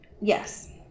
Yes